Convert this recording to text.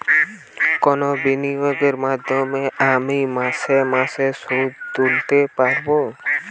কোন বিনিয়োগের মাধ্যমে আমি মাসে মাসে সুদ তুলতে পারবো?